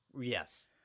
Yes